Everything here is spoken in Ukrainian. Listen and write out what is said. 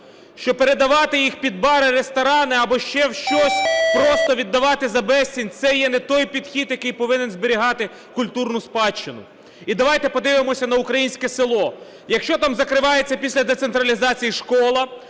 Що передавати їх під бари, ресторани або ще в щось, просто віддавати за безцінь – це є не той підхід, який повинен зберігати культурну спадщину. І давайте подивимося на українське село. Якщо там закривається після децентралізації школа,